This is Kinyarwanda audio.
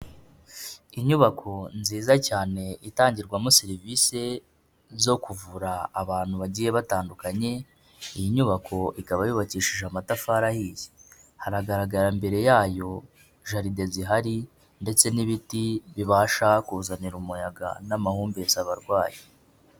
Inyubako nziza cyane, itangirwamo serivise zo kuvura abantu bagiye batandukanye, iyi nyubako ikaba yubakishije amatafari ahiye, haragaragara mbere yayo, jaride zihari ndetse n'ibiti bibasha kuzanira umuyaga n'amahumbezi abarwayi.